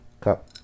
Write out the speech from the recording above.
cup